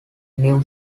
new